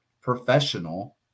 professional